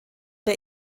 der